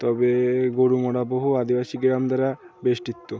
তবে গরুমারা বহু আদিবাসী গ্রাম দ্বারা বেষ্টিত